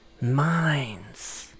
minds